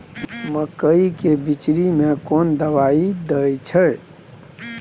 मकई के बिचरी में कोन दवाई दे छै?